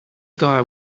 guy